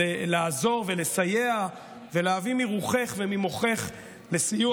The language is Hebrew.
לעזור ולסייע ולהביא מרוחך וממוחך בסיוע